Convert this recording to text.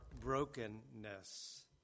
brokenness